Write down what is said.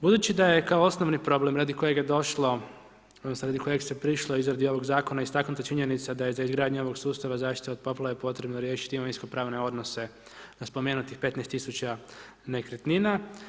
Budući da je kao osnovni problem radi kojeg je došlo, odnosno radi kojeg se prišlo izradi ovog Zakona, istaknuta činjenica da je za izgradnju ovog sustava zaštite od poplave potrebno riješiti imovinsko-pravne odnose, spomenutih 15000 nekretnina.